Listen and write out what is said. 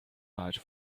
large